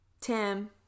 Tim